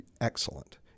excellent